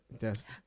Yes